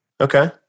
Okay